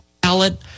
ballot